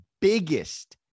biggest